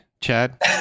chad